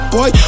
Boy